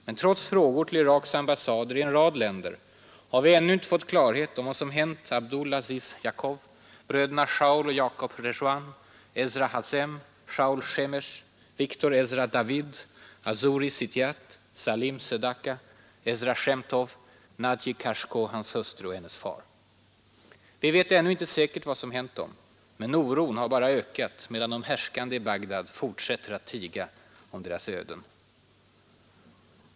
Men trots frågor till Iraks ambassader i en rad länder har vi ännu inte fått klarhet om vad som hänt Abdul Aziz Jacob Bröderna Shaul och Jacob Rejouan Ezra Hazem Shaul Shemesh Victor Ezra David Azouri Zitiat Salim Zedaka Ezra Shemtov Nagi Kashkoh, hans hustru och hennes far. Vi vet ännu inte säkert vad som hänt dem. Men oron har bara ökat medan de härskande i Bagdad fortsätter att tiga om deras öden.